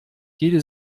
jede